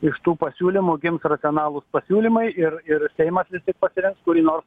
iš tų pasiūlymų gims racionalūs pasiūlymai ir ir seimas vis tik pasirinks kurį nors